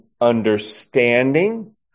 understanding